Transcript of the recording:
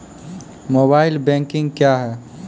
Mobile banking क्या हैं?